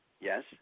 Yes